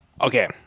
Okay